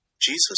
Jesus